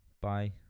Bye